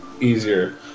easier